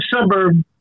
suburb